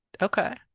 Okay